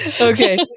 Okay